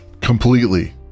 completely